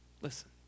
Listen